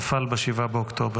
גם הוא נפל ב-7 באוקטובר.